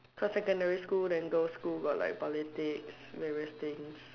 cause secondary school then go school got like politics and everything